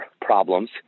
problems